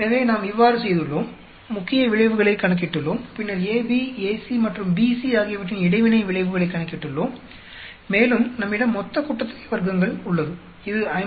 எனவே நாம் இவ்வாறு செய்துள்ளோம் முக்கிய விளைவுகளை கணக்கிட்டுள்ளோம் பின்னர் AB AC மற்றும் BC ஆகியவற்றின் இடைவினை விளைவுகளை கணக்கிட்டுள்ளோம் மேலும் நம்மிடம் மொத்த கூட்டுத்தொகை வர்க்கங்கள் உள்ளது இது 52